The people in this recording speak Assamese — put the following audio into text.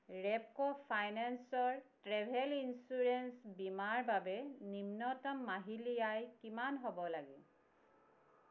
ৰেপ্ক' ফাইনেন্সৰ ট্ৰেভেল ইঞ্চুৰেন্স বীমাৰ বাবে নিম্নতম মাহিলী আয় কিমান হ'ব লাগে